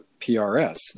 PRS